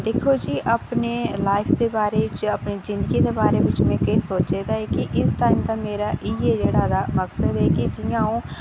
दिक्खो जी अपनी लाईफ दे बारे च जिंदगी दे बारे च में केह् सोचे दा ऐ कि इस टाईम ते मेरा इ'यै जेह्ड़ा मकसद ऐ कि कि'यां